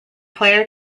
player